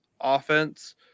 offense